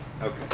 Okay